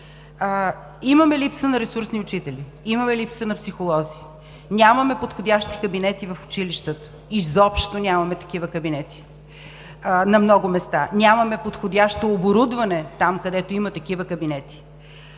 Имаме липса на ресурсни учители, имаме липса на психолози, нямаме подходящи кабинети в училищата, изобщо нямаме такива кабинети на много места, нямаме подходящо оборудване там, където има такива кабинети.